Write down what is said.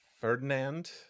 Ferdinand